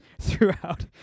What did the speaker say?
throughout